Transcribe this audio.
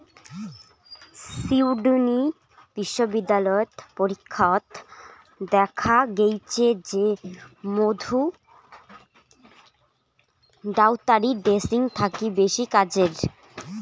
Sydney বিশ্ববিদ্যালয়ত পরীক্ষাত দ্যাখ্যা গেইচে যে মধু ডাক্তারী ড্রেসিং থাকি বেশি কাজের